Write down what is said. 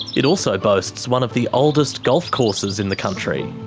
it also boasts one of the oldest golf courses in the country.